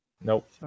Nope